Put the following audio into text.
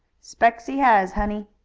specs he has, honey.